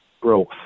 growth